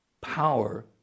power